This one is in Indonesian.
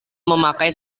memakai